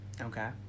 Okay